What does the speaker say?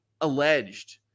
alleged